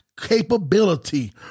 capability